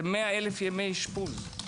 זה 100,000 ימי אשפוז.